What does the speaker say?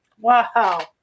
Wow